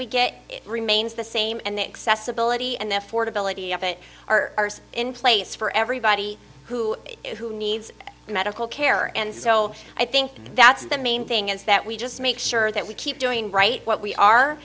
we get it remains the same and the excess ability and therefore ability of it are in place for everybody who who needs medical care and so i think that's the main thing is that we just make sure that we keep doing right what we are